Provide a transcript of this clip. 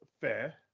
Fair